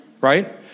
right